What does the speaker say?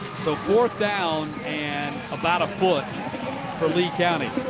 so fourth down and about foot for lee county.